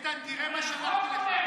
אבל החוק אומר את זה.